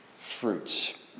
fruits